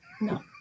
No